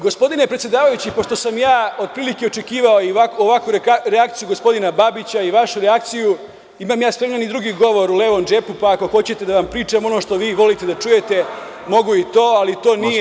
Gospodine predsedavajući, pošto sam ja otprilike očekivao i ovakvu reakciju gospodina Babića i vašu reakciju, imam ja skriven i drugi govor u levom džepu, pa ako hoćete da vam pričam ono što vi volite da čujete, mogu i to, ali to nije interes ni građana Srbije, ni ove skupštine…